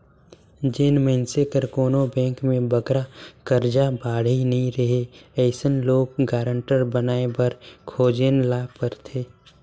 जेन मइनसे कर कोनो बेंक में बगरा करजा बाड़ही नी रहें अइसन लोन गारंटर बनाए बर खोजेन ल परथे